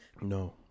No